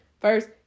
First